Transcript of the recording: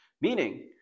Meaning